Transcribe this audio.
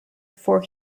for